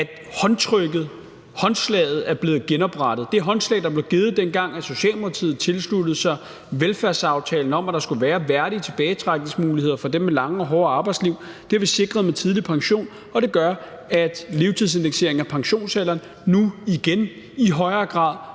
at håndtrykket, at håndslaget er blevet genoprettet – det håndslag, der blev givet, dengang Socialdemokratiet tilsluttede sig velfærdsaftalen om, at der skulle være værdige tilbagetrækningsmuligheder for dem med lange og hårde arbejdsliv. Det har vi sikret med tidlig pension, og det gør, af levetidsindekseringen af pensionsalderen nu igen i højere grad